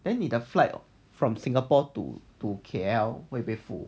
then 你的 flight from singapore to to K_L 会不会 full